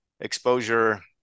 exposure